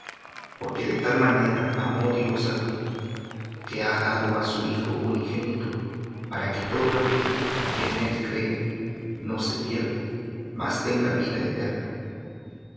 porque de tal manera amó dios al mundo que ha dado á su hijo unigénito para que todo aquel que en él cree no se pierda mas tenga vida eterna